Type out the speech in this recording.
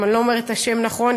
אם אני אומרת את השם נכון,